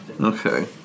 Okay